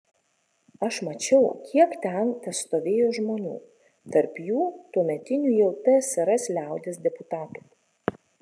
aš mačiau kiek ten testovėjo žmonių tarp jų tuometinių jau tsrs liaudies deputatų